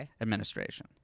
Administration